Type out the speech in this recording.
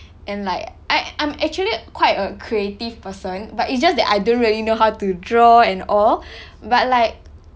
and like I I'm actually quite a creative person but it's just that I don't really know how to draw and all but like